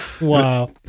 Wow